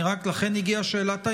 לכן הגיעה שאלת ההמשך.